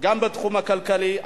גם בתחום הכלכלי,